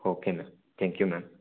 okay ma'am thank you ma'am